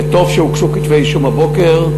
וטוב שהוגשו כתבי-אישום הבוקר,